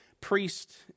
priest